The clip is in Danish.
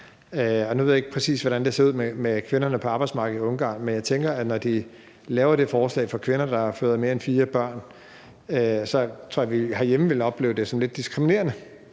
Nu ved jeg ikke præcis, hvordan det ser ud med kvinderne på arbejdsmarkedet i Ungarn, men når de laver det forslag for kvinder, der føder mere end fire børn, tror jeg, at vi herhjemme ville opleve det som lidt diskriminerende,